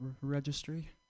Registry